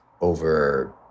over